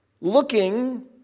looking